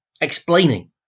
explaining